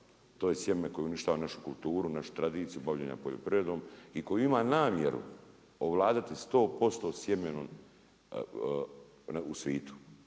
to je sjeme koje uništava našu kulturu, našu tradiciju bavljenja poljoprivredom i koji ima namjeru ovladati 100% sjemenom u svijetu.